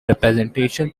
representation